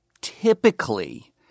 typically